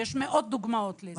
ויש מאות דוגמאות לזה.